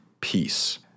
peace